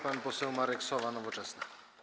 Pan poseł Marek Sowa, Nowoczesna.